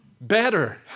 better